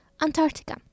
Antarctica